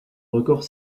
records